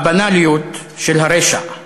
"הבנאליות של הרוע".